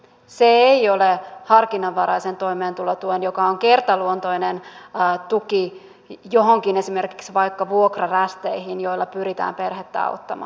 se ei ole harkinnanvaraisen toimeentulotuen asia joka on kertaluontoinen tuki johonkin esimerkiksi vaikka vuokrarästeihin jolla pyritään perhettä auttamaan